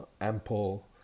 ample